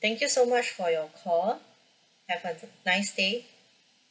thank you so much for your call have a nice day